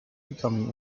becoming